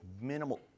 minimal